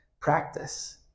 practice